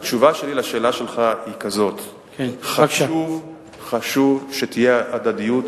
אז התשובה שלי על השאלה שלך היא כזאת: חשוב שתהיה הדדיות,